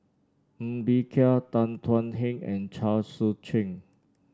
Ng Bee Kia Tan Thuan Heng and Chao Tzee Cheng